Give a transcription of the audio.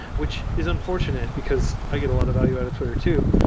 which is unfortunate, because i get a lot of value out of twitter too.